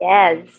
Yes